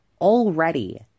already